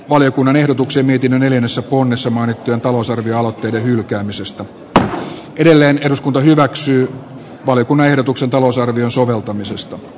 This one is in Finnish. valiokunnan ehdotuksen ikinä neljännessä kunnassa marttilan talousarvioaloitteen hylkäämisestä edelleen eduskunta hyväksyy valiokunnan ehdotuksen talousarvion soveltamisesta